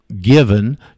given